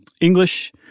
English